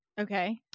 Okay